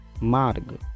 Marg